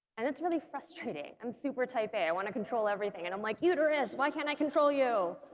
and it's really frustrating i'm super type a, i want to control everything and i'm like uterus why can't i control you